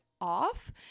off